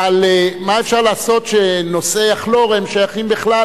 אבל מה אפשר לעשות שנושאי הכלור הם שייכים בכלל,